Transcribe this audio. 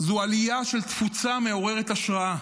היא עלייה של תפוצה מעוררת השראה.